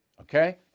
okay